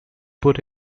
put